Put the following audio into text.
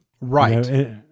right